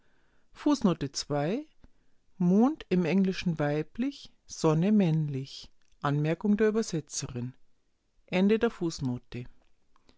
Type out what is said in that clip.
mond im englischen weiblich sonne männlich a d